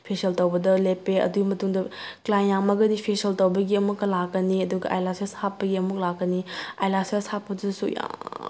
facial ꯇꯧꯕꯗ ꯂꯦꯞꯄꯦ ꯑꯗꯨꯏ ꯃꯇꯨꯡꯗ ꯀ꯭ꯂꯥꯏꯟ ꯌꯥꯝꯃꯒꯗꯤ ꯐꯦꯁꯤꯌꯦꯜ ꯇꯧꯕꯒꯤ ꯑꯃꯨꯛꯀ ꯂꯥꯛꯀꯅꯤ ꯑꯗꯨꯒ ꯑꯥꯏ ꯂꯥꯁꯦꯁ ꯍꯥꯞꯄꯒꯤ ꯑꯃꯨꯛ ꯂꯥꯛꯀꯅꯤ ꯑꯥꯏꯂꯥꯁꯦꯁ ꯍꯥꯞꯄꯗꯨꯁꯨ ꯌꯥꯝꯅ